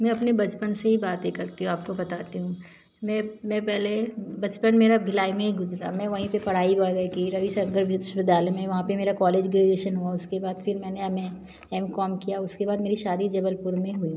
मैं अपने बचपन से ही बातें करती हूँ आपको बताती हूँ मैं मैं पहले बचपन मेरा भिलाई में ही गुजरा मैं वहीं पे पढ़ाई की रविशंकर विश्वविद्यालय में वहाँ पे मेरा कॉलेज ग्रेजुएशन हुआ उसके बाद फिर मैंने एम ए एम कॉम किया उसके बाद मेरी शादी जबलपुर में हुई